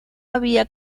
había